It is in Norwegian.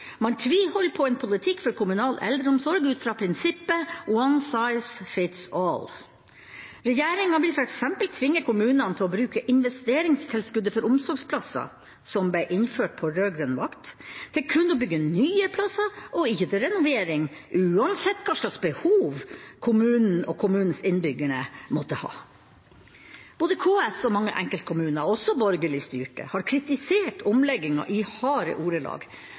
Man tviholder på en politikk for kommunal eldreomsorg ut fra prinsippet «one size fits all». Regjeringa vil f.eks. tvinge kommunene til å bruke investeringstilskuddet for omsorgsplasser, som ble innført på rød-grønn vakt, til kun å bygge nye plasser og ikke til renovering, uansett hva slags behov kommunen og kommunens innbyggere måtte ha. Både KS og mange enkeltkommuner – også borgerlig styrte – har kritisert omleggingen i harde ordelag,